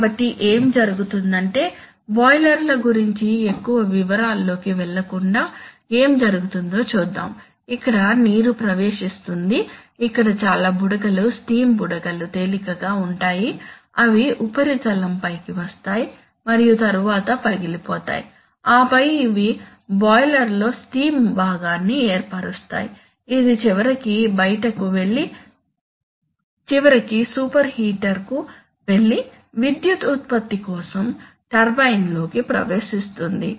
కాబట్టి ఏమి జరుగుతుందంటే బాయిలర్ల గురించి ఎక్కువ వివరాల్లోకి వెళ్లకుండా ఏమి జరుగుతుందో చూద్దాం ఇక్కడ నీరు ప్రవేశిస్తుంది ఇక్కడ చాలా బుడగలుస్టీమ్ బుడగలు తేలికగా ఉంటాయి అవి ఉపరితలం పైకి వస్తాయి మరియు తరువాత పగిలి పోతాయి ఆపై అవి బాయిలర్లో స్టీమ్ భాగాన్ని ఏర్పరుస్తాయి ఇది చివరికి బయటకు వెళ్లి చివరకు సూపర్హీటర్కు వెళ్లి విద్యుత్ ఉత్పత్తి కోసం టర్బైన్లోకి ప్రవేశిస్తుంది